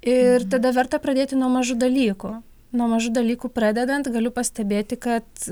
ir tada verta pradėti nuo mažų dalykų nuo mažų dalykų pradedant galiu pastebėti kad